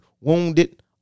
wounded